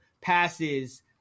passes